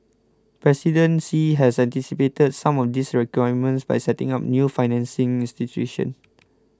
President Xi has anticipated some of these requirements by setting up new financing institutions